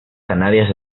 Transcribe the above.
canarias